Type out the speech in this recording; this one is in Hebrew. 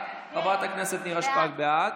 חברת הכנסת נירה שפק בעד,